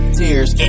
tears